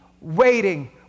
waiting